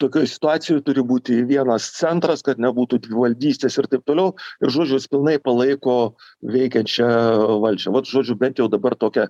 tokioj situacijoj turi būti vienas centras kad nebūtų dvivaldystės ir taip toliau žodžiu jis pilnai palaiko veikiančią valdžią vat žodžiu bent jau dabar tokia